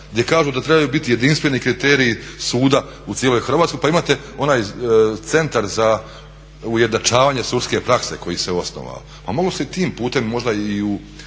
gdje kažu da trebaju biti jedinstveni kriteriji suda u cijeloj Hrvatskoj pa imate onaj Centar za ujednačavanje sudske prakse koji se osnovao. Pa moglo se tim putem možda i u